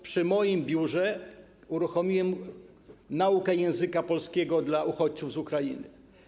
Przy moim biurze uruchomiłem naukę języka polskiego dla uchodźców z Ukrainy.